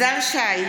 בעד יזהר שי,